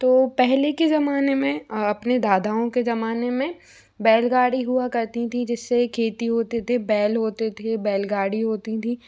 तो पहले के जमाने में अपने दादाओं के जमाने में बैलगाड़ी हुआ करती थीं जिससे खेती होते थी बैल होते थे बैलगाड़ी होती थी